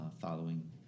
following